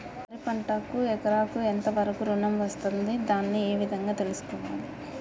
వరి పంటకు ఎకరాకు ఎంత వరకు ఋణం వస్తుంది దాన్ని ఏ విధంగా తెలుసుకోవాలి?